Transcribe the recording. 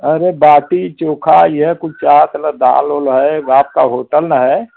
अरे बाटी चोखा इहे कुल चाहत रहल ह दाल ओल है आपका होटल न है